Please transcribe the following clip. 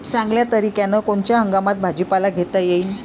चांगल्या तरीक्यानं कोनच्या हंगामात भाजीपाला घेता येईन?